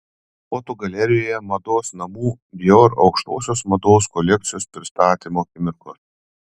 fotogalerijoje mados namų dior aukštosios mados kolekcijos pristatymo akimirkos